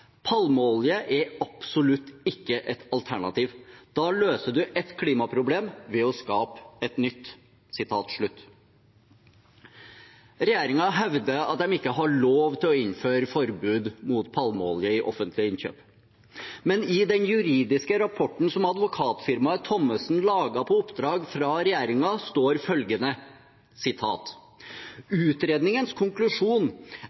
er absolutt ikke et alternativ. Da løser du et klimaproblem ved å skape et nytt.» Regjeringen hevder at de ikke har lov til å innføre forbud mot palmeolje i offentlige innkjøp. Men i den juridiske rapporten som Advokatfirmaet Thommessen laget på oppdrag fra regjeringen, står følgende: